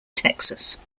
texas